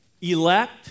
Elect